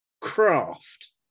craft